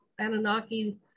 Anunnaki